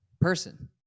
person